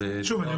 אז --- שוב,